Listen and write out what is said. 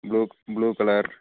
blue blue colour